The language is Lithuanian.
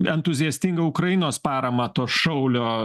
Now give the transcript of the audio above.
entuziastingą ukrainos paramą to šaulio